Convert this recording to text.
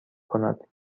کند